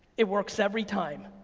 it works every time.